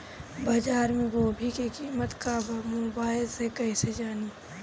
बाजार में गोभी के कीमत का बा मोबाइल से कइसे जानी?